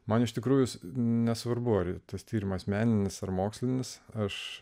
man iš tikrųjų nesvarbu ar tas tyrimas meninis ar mokslinis aš